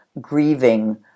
grieving